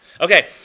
Okay